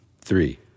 three